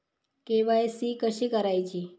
KYC कशी करायची?